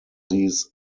these